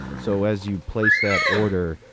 so as you place that order,